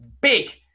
big